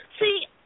See